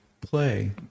play